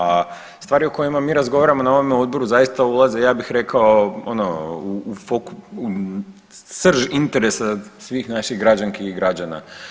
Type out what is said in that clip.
A stvari o kojima mi razgovaramo na ovome odboru zaista ulaze ja bih rekao ono u srž interesa svih naših građanki i građana.